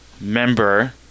member